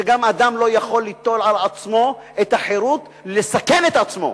שגם אדם לא יכול ליטול על עצמו את החירות לסכן את עצמו.